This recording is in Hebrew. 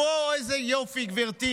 אה, את פה, איזה יופי, גברתי.